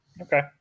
okay